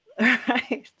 right